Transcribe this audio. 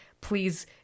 Please